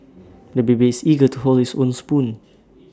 the baby is eager to hold his own spoon